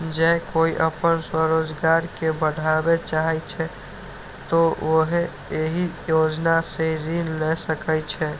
जौं कोइ अपन स्वरोजगार कें बढ़ाबय चाहै छै, तो उहो एहि योजना सं ऋण लए सकै छै